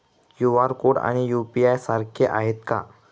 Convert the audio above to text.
QR code आणि UPI सारखे आहेत का?